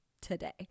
today